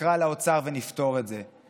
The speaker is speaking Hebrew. נקרא לאוצר ונפתור את זה.